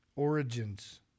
origins